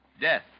death